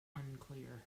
unclear